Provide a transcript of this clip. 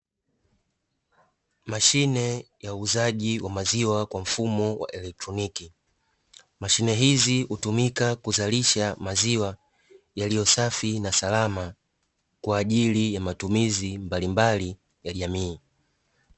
Mashine ya uuzaji wa maziwa kwa mfumo wa kielektroniki, mashine hizi hutumika kuzalisha maziwa yaliyobsafi na salama, kwa ajili ya matumizi mbalimbali ya jamii.